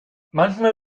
manchmal